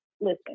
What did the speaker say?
listen